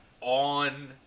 on